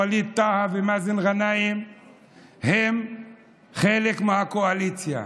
ווליד טאהא ומאזן גנאים הם חלק מהקואליציה.